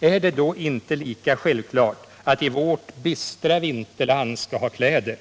Är det då inte lika självklart att vi i vårt bistra vinterland skall ha kläder?